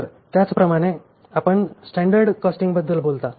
तर त्याचप्रमाणे आपण स्टॅंडर्ड कॉस्टिंगबद्दल बोलता